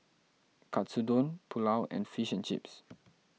Katsudon Pulao and Fish and Chips